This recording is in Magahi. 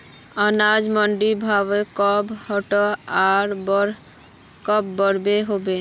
अनाज मंडीर भाव कब घटोहो आर कब बढ़ो होबे?